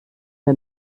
der